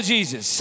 Jesus